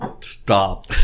stop